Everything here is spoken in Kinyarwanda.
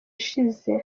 ishize